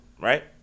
right